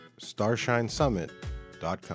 starshinesummit.com